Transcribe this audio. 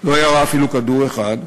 לא ירה אפילו כדור אחד,